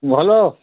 ଭଲ